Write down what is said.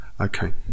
Okay